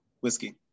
Whiskey